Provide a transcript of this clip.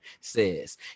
says